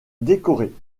décorés